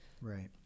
right